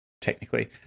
technically